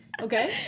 okay